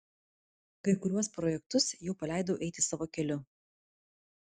kai kuriuos projektus jau paleidau eiti savo keliu